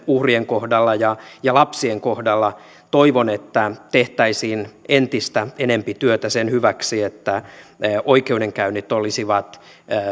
uhrien kohdalla ja ja lapsien kohdalla toivon että tehtäisiin entistä enempi työtä sen hyväksi että oikeudenkäynnit olisivat